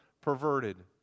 perverted